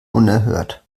unerhört